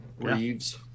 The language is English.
Reeves